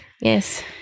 Yes